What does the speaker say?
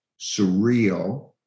surreal